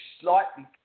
slightly